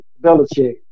Belichick